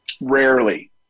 Rarely